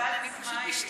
אני פשוט משתעלת.